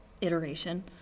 iteration